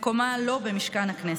מקומה לא במשכן הכנסת.